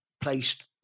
placed